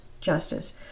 Justice